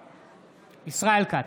בעד ישראל כץ,